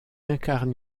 incarne